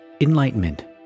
enlightenment